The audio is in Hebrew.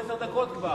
עשר דקות כבר,